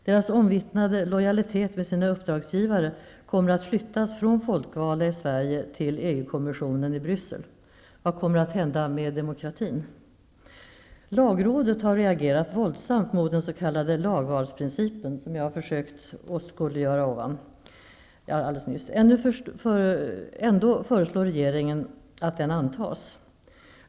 Deras omvittnade lojalitet med sina uppdragsgivare kommer att flyttas från folkvalda i Sverige till EG-kommissionen i Bryssel. Vad kommer att hända med demokratin? Lagrådet har reagerat våldsamt mot den s.k. lagvalsprincipen, som jag försökt åskådliggöra ovan. Ändå föreslår regeringen att den antas.